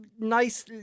nice